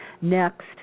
Next